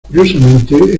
curiosamente